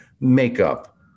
makeup